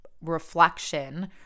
reflection